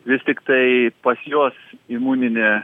vis tiktai pas juos imuninė